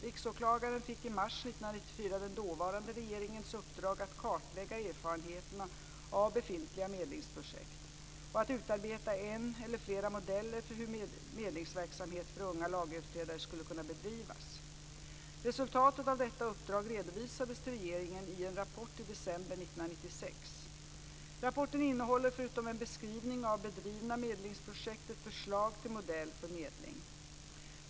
Riksåklagaren fick i mars 1994 den dåvarande regeringens uppdrag att kartlägga erfarenheterna av befintliga medlingsprojekt och att utarbeta en eller flera modeller för hur medlingsverksamhet för unga lagöverträdare skulle kunna bedrivas. Resultatet av detta uppdrag redovisades till regeringen i en rapport i december 1996. Rapporten innehåller, förutom en beskrivning av bedrivna medlingsprojekt, ett förslag till modell för medling.